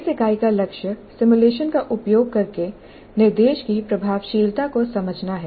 इस इकाई का लक्ष्य सिमुलेशन का उपयोग करके निर्देश की प्रभावशीलता को समझना है